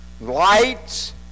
lights